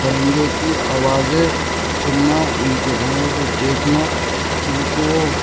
پرندوں کی آوازیں سننا ان کے رنگوں کو دیکھنا ان کو